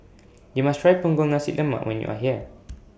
YOU must Try Punggol Nasi Lemak when YOU Are here